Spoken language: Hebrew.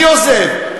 מי עוזב?